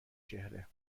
چهره